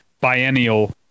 Biennial